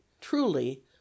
truly